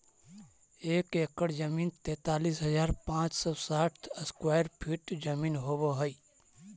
एक एकड़ जमीन तैंतालीस हजार पांच सौ साठ स्क्वायर फीट जमीन होव हई